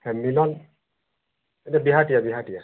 ଏ ମିଳନ ବିହାଟିଆ ବିହାଟିଆ